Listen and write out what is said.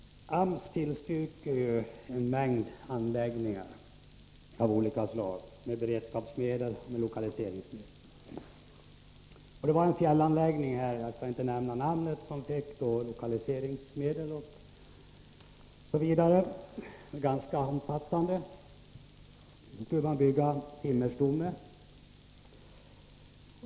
AMS bestrider en mängd anläggningars uppförande med hjälp av beredskapsoch lokaliseringsmedel. En fjällanläggning, vars namn jag inte skall nämna, fick lokaliseringsmedel i ganska omfattande utsträckning. Så skulle man bygga en timmerstomme.